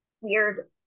weird